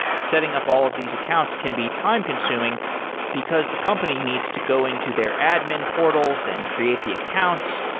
setting up all of these accounts can be time consuming because the company needs to go into their admin portals and create the accounts,